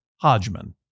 hodgman